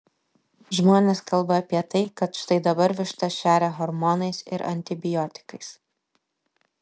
žmonės kalba apie tai kad štai dabar vištas šeria hormonais ir antibiotikais